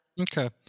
Okay